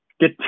get